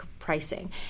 pricing